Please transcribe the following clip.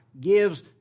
gives